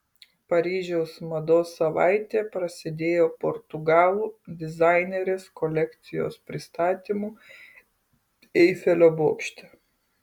paryžiaus mados savaitė prasidėjo portugalų dizainerės kolekcijos pristatymu eifelio bokšte